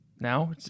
Now